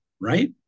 right